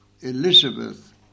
Elizabeth